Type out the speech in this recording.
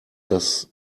das